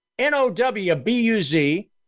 N-O-W-B-U-Z